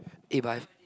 eh but I've